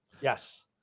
Yes